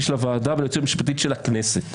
של הוועדה וליועצת המשפטית של הכנסת: